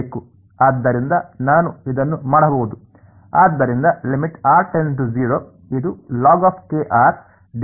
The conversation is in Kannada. ಆದ್ದರಿಂದ ನಾನು ಇದನ್ನು ಮಾಡಬಹುದು ಆದ್ದರಿಂದ ಇದು ಸರಿ ಆಗುತ್ತದೆ